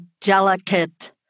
delicate